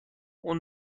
اون